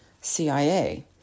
CIA